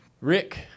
Rick